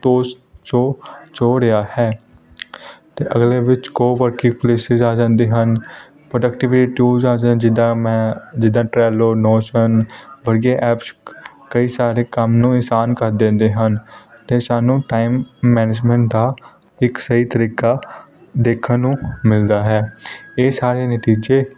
ਤੋਂ ਸ਼ੋ ਸ਼ੋੜਿਆ ਹੈ ਅਤੇ ਅਗਲੇ ਵਿੱਚ ਕੋਵਰਕੀ ਪੋਲਿਸਿਸ ਆ ਜਾਂਦੇ ਹਨ ਪਰੋਡਕਟਿਵਲੀ ਟੂਲ ਆ ਜਾਂ ਜਿੱਦਾਂ ਮੈਂ ਜਿੱਦਾਂ ਟਰੈਲੋ ਨੌਸ਼ਨ ਵਰਗੀ ਐਪਸ ਕਈ ਸਾਰੇ ਕੰਮ ਨੂੰ ਆਸਾਨ ਕਰ ਦਿੰਦੇ ਹਨ ਅਤੇ ਸਾਨੂੰ ਟਾਈਮ ਮੈਨੇਜਮੈਂਟ ਦਾ ਇੱਕ ਸਹੀ ਤਰੀਕਾ ਦੇਖਣ ਨੂੰ ਮਿਲਦਾ ਹੈ ਇਹ ਸਾਰੀਆਂ ਨਤੀਜੇ